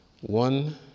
One